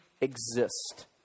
exist